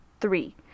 Three